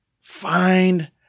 find